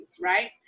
right